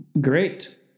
Great